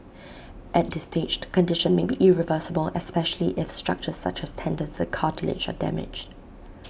at this stage the condition may be irreversible especially if structures such as tendons and cartilage are damaged